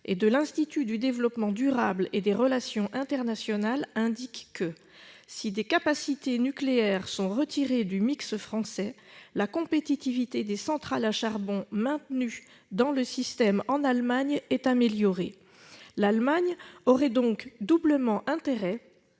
et de l'Institut du développement durable et des relations internationales (Iddri) indique que, « si des capacités nucléaires sont retirées du mix français, la compétitivité des centrales à charbon maintenues dans le système en Allemagne est améliorée ». L'Allemagne aurait donc doublement intérêt